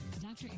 Dr